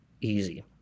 easy